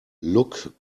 look